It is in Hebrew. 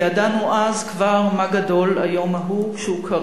ידענו כבר אז, כשהוא קרה,